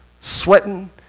sweating